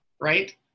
right